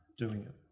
doing it.